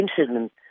incident